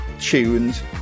tunes